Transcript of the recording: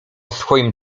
swoim